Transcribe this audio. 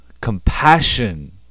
compassion